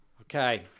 Okay